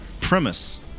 premise